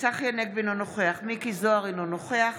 צחי הנגבי, אינו נוכח מכלוף מיקי זוהר, אינו נוכח